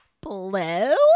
blue